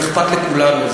אכפת לכולנו.